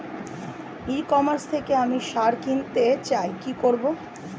E commerce থেকে আমি সার কিনতে চাই কি করব?